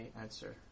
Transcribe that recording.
answer